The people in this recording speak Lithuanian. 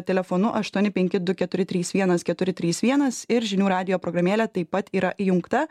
telefonu aštuoni penki du keturi trys vienas keturi trys vienas ir žinių radijo programėlė taip pat yra įjungta